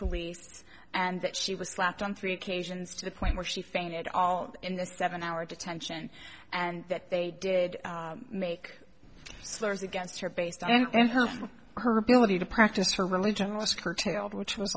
police and that she was slapped on three occasions to the point where she fainted all in the seven hour detention and that they did make slurs against her based on what her or her ability to practice her religion was curtailed which was